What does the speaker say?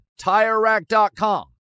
TireRack.com